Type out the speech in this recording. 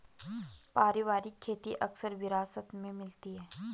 पारिवारिक खेती अक्सर विरासत में मिलती है